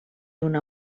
una